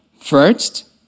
First